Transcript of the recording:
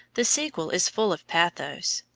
the sequel is full of pathos.